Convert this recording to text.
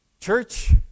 church